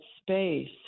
space